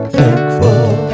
thankful